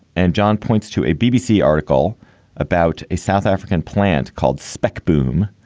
and john points to a bbc article about a south african plant called spec boom,